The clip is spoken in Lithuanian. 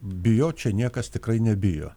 bijot čia niekas tikrai nebijo